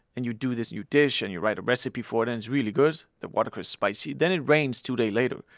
and you do this new dish, and you write a recipe for it and it's really good. the watercress is spicy. then it rains two days later.